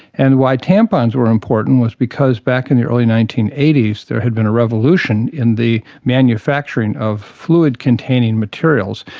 and why tampons were important was because back in the early nineteen eighty s there had been a revolution in the manufacturing of fluid containing materials,